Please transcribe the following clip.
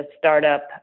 startup